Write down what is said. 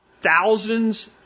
thousands